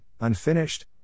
unfinished